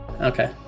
Okay